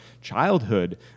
childhood